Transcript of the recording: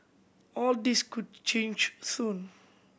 all this could change soon